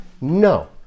No